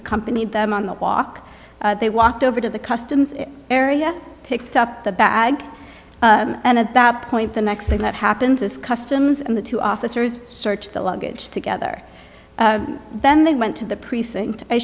accompanied them on the walk they walked over to the customs area picked up the bag and at that point the next thing that happens is customs and the two officers searched the luggage together then they went to the precinct i